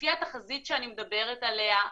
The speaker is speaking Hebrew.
לפי התחזית שאני מדברת עליה,